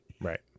Right